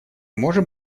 можем